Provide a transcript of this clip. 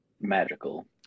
Magical